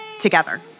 together